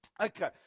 Okay